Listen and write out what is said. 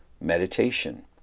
meditation